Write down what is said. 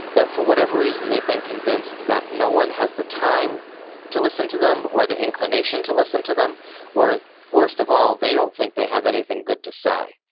but for whatever reason, they've been convinced that no one has the time to listen to them or the inclination to listen to them or worst of all, they don't think they have anything good to say,